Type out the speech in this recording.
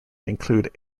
included